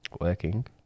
Working